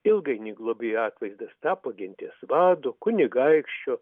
ilgainiui globėjo atvaizdas tapo genties vado kunigaikščio